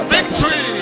Victory